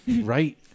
right